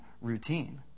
routine